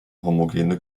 homogene